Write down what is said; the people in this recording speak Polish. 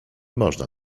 można